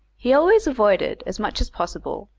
he always avoided, as much as possible,